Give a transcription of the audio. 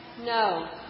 No